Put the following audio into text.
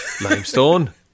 Limestone